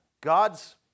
God's